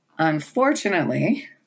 unfortunately